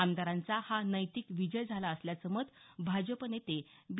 आमदारांचा हा नैतिक विजय झाला असल्याचं मत भाजप नेते बी